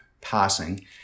passing